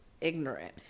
ignorant